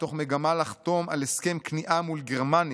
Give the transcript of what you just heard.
מתוך מגמה לחתום על הסכם כניעה מול גרמניה,